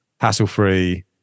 hassle-free